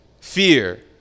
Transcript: fear